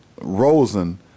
Rosen